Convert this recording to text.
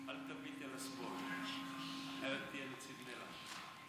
אל תביט אל השמאל, אחרת תהיה נציב מלח.